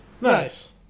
Nice